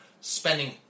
spending